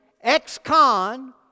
ex-con